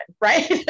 right